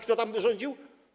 Kto tam rządził?